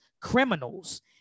criminals